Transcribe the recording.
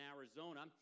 Arizona